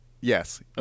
Yes